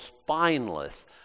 spineless